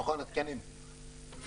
התקנים,